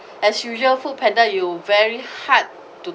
as usual foodpanda you very hard to